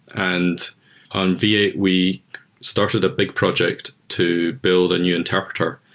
and on v eight we started a big project to build a new interpreter.